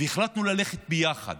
והחלטנו ללכת ביחד.